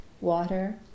water